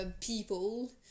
people